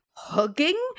Hugging